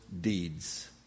deeds